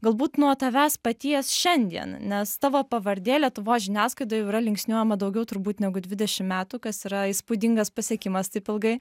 galbūt nuo tavęs paties šiandien nes tavo pavardė lietuvos žiniasklaidoje jau yra linksniuojama daugiau turbūt negu dvidešimt metų kas yra įspūdingas pasiekimas taip ilgai